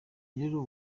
rero